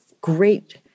great